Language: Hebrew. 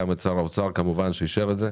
את הממונה וכמובן גם את שר האוצר שאישר את זה.